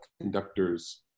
conductors